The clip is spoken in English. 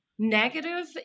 negative